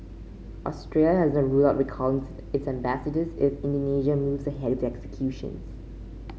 Australia has not ruled out recalling its ambassador if Indonesia moves ahead with the executions